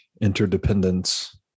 interdependence